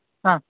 ಹಾಂ